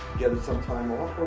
get in some time off?